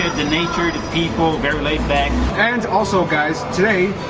nature equal very laid-back and also guys today